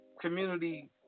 community